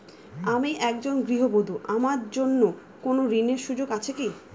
আমি একজন গৃহবধূ আমার জন্য কোন ঋণের সুযোগ আছে কি?